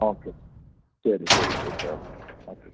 okay ശരി ശരി ശരി ഓക്കെ ഓക്കെ